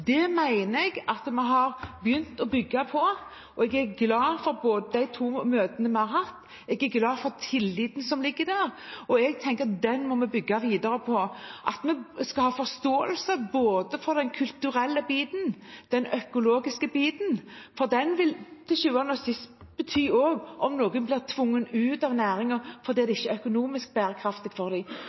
Det mener jeg at vi har begynt å bygge på, og jeg er glad for de to møtene vi har hatt, jeg er glad for tilliten som ligger der, og jeg tenker at den må vi bygge videre på. Vi skal ha forståelse for både den kulturelle biten og den økologiske biten, for det vil til sjuende og sist ha betydning for om noen blir tvunget ut av næringen fordi det ikke er økonomisk bærekraftig for